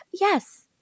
Yes